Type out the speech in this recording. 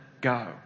go